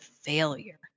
failure